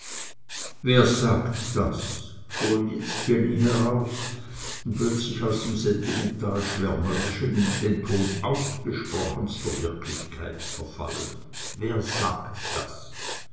wer sagt das fuhr jetzt jenny heraus plötzlich aus dem sentimental schwärmerischen in den ton ausgesprochenster wirklichkeit verfallend wer sagt das